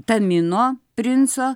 tamino princo